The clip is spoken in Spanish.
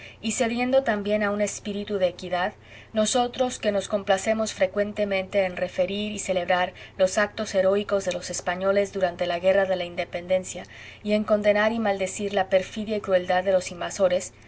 y cediendo también a un espíritu de equidad nosotros que nos complacemos frecuentemente en referir y celebrar los actos heroicos de los españoles durante la guerra de la independencia y en condenar y maldecir la perfidia y crueldad de los invasores